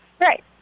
Right